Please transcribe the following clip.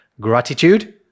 gratitude